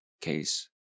case